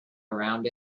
around